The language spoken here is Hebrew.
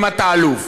אם אתה אלוף.